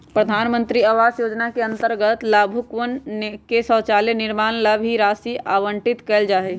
प्रधान मंत्री आवास योजना के अंतर्गत लाभुकवन के शौचालय निर्माण ला भी राशि आवंटित कइल जाहई